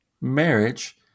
marriage